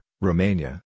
Romania